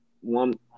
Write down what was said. one